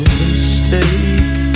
mistake